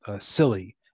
silly